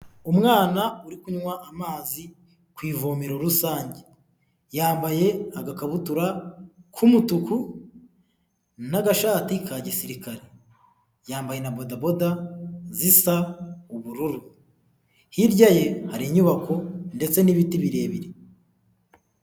Umwana uri kunywa amazi ku ivomero rusange, yambaye agakabutura k'umutuku n'agashati ka gisirikare, yambaye na bodaboda zisa ubururu, hirya ye hari inyubako ndetse n'ibiti birebire.